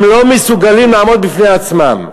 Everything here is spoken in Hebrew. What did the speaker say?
הם לא מסוגלים לעמוד בפני עצמם.